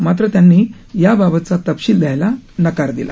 मात्र त्यांनी याबाबतचा तपशील द्यायला नकार दिला